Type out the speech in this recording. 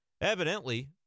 evidently